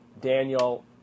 Daniel